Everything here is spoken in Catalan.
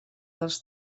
dels